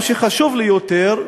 מה שחשוב לי יותר,